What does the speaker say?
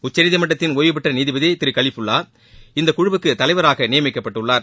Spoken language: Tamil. உச்சநீதிமன்றத்தின் ஓய்வு பெற்ற நீதிபதி திரு கலிஃபுல்லா இந்த குழுவுக்குத் தலைவராக நியமிக்கப்பட்டுள்ளார்